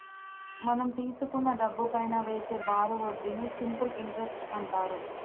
మనం తీసుకున్న డబ్బుపైనా వేసే బారు వడ్డీని సింపుల్ ఇంటరెస్ట్ అంటారు